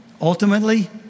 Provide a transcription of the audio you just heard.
ultimately